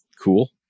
Cool